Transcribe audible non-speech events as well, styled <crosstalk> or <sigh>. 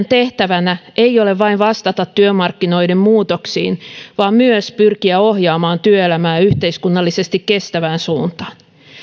<unintelligible> tehtävänä ei ole vain vastata työmarkkinoiden muutoksiin vaan myös pyrkiä ohjaamaan työelämää yhteiskunnallisesti kestävään suuntaan